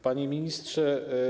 Panie Ministrze!